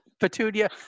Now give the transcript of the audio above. Petunia